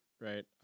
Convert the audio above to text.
right